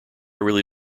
really